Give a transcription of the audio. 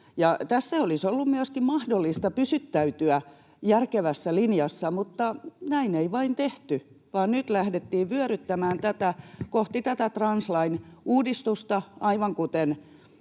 tässä olisi ollut myöskin mahdollista pysyttäytyä järkevässä linjassa, mutta näin ei vain tehty, vaan nyt lähdettiin vyöryttämään tätä kohti translain uudistusta,